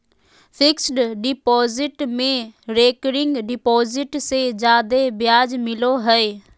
fixed deposit में recurring deposit से जादे ब्याज मिलो हय